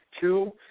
Two